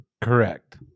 Correct